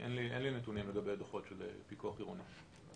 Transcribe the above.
אין לי נתונים לגבי הדוחות של פיקוח עירוני.